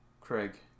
Craig